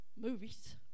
movies